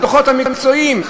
הדוחות המקצועיים.